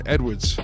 Edwards